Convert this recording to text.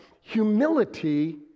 humility